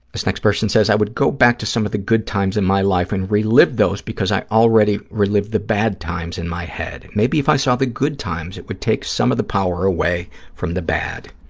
this next person says, i would go back to some of the good times in my life and relive those because i already relived the bad times in my head. maybe if i saw the good times it would take some of the power away from the bad.